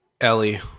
Ellie